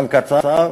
זמן קצר.